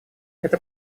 это